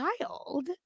child